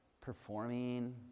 performing